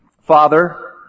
Father